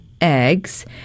eggs